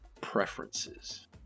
preferences